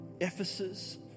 Ephesus